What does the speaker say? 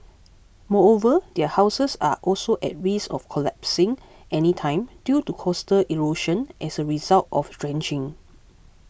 moreover their houses are also at risk of collapsing anytime due to coastal erosion as a result of dredging